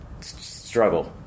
struggle